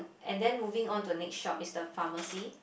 and then moving on to next shop is a pharmacy